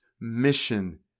mission